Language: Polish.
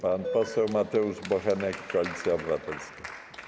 Pan poseł Mateusz Bochenek, Koalicja Obywatelska.